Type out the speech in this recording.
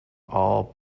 all